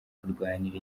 kurwanira